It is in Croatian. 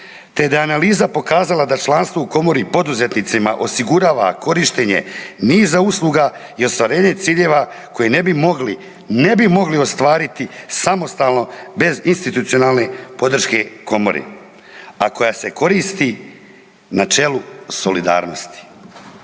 te da je analiza pokazala da članstvo u komori poduzetnicima osigurava korištenje niza usluga i ostvarenje ciljeva koje ne bi mogli ne bi mogli ostvariti samostalno bez institucionalne podrške komore, a koja se koristi načelu solidarnosti.